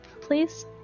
please